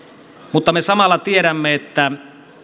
mutta me samalla tiedämme että